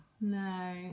No